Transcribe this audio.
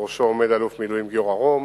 שבראשו עומד אלוף במילואים גיורא רום,